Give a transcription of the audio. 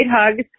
hugs